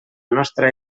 nostra